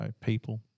people